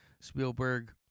Spielberg